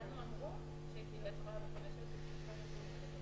התקנות אושרו.